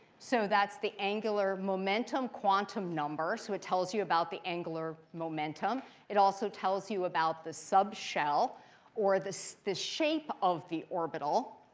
so that's the angular momentum quantum number. so it tells you about the angular momentum. it also tells you about the subshell or the so the shape of the orbital.